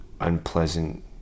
unpleasant